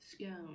Scone